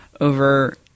over